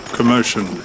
Commotion